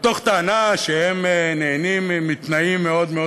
מתוך טענה שהם נהנים מתנאים מאוד מאוד